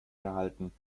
herhalten